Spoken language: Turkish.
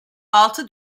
altı